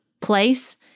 place